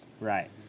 Right